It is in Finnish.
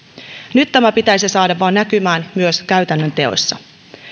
nyt tämä pitäisi vaan saada näkymään myös käytännön teoissa